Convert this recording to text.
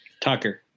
Tucker